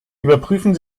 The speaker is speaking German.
überprüfen